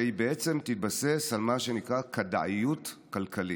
והיא תתבסס על מה שנקרא "כדאיות כלכלית".